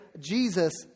Jesus